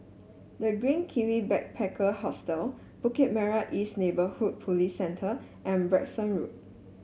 The Green Kiwi Backpacker Hostel Bukit Merah East Neighbourhood Police Centre and Branksome Road